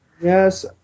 Yes